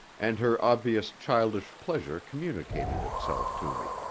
and her obvious childish pleasure communicated itself to me.